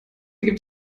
gibt